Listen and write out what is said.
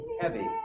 heavy